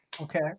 Okay